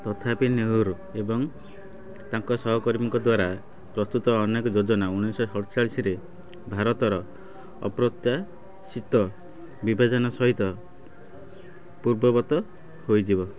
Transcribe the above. ତଥାପି ନେହେରୁ ଏବଂ ତାଙ୍କ ସହକର୍ମୀଙ୍କ ଦ୍ୱାରା ପ୍ରସ୍ତୁତ ଅନେକ ଯୋଜନା ଉଣେଇଶହ ଶତଚାଳିଶିରେ ଭାରତର ଅପ୍ରତ୍ୟାଶିତ ବିଭାଜନ ସହିତ ପୂର୍ବବତ୍ ହୋଇଯିବ